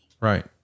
right